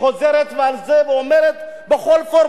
חוזרת על זה ואומרת בכל פורום,